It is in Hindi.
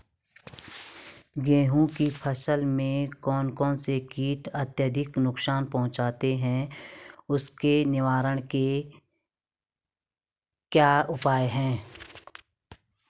गेहूँ की फसल में कौन कौन से कीट अत्यधिक नुकसान पहुंचाते हैं उसके निवारण के क्या उपाय हैं?